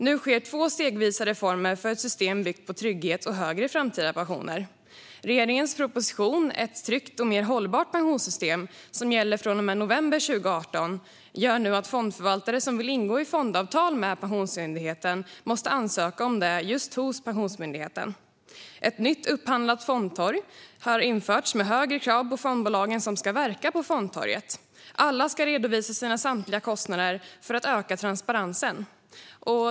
Nu sker två stegvisa reformer för ett system byggt på trygghet och högre framtida pensioner. Regeringens proposition Ett tryggt och mer hållba rt pensionssystem , som gäller från och med november 2018, gör att fondförvaltare som vill ingå i fondavtal med Pensionsmyndigheten nu måste ansöka om detta hos just Pensionsmyndigheten. Ett nytt upphandlat fondtorg har införts med högre krav på de fondbolag som ska verka på fondtorget. Alla ska redovisa sina samtliga kostnader för att öka transparensen.